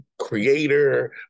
creator